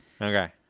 Okay